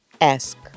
ask